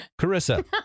Carissa